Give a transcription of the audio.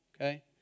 okay